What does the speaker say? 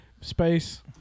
space